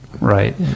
right